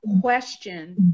question